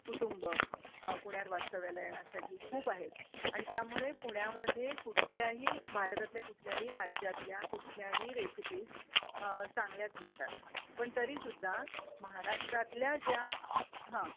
कुटुंब पुण्यात वास्तव्याला येण्यासाठी खूप आहेत आणि त्यामुळे पुण्यामध्ये कुठल्याही भारतातल्या कुठल्याही राज्यातल्या कुठल्याही रेसिपीज चांगल्याच मिळतात पण तरी सुद्धा महाराष्ट्रातल्या ज्या हां